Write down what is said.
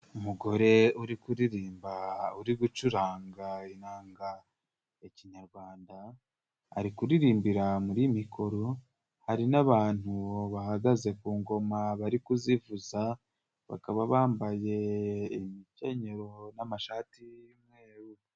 Umugore uri kuririmba uri gucuranga inanga ya kinyarwanda ari kuririmbira muri mikoro hari n'abantu bahagaze ku ngoma bari kuzivuza bakaba bambaye imikenyero n'amashati y'umweru.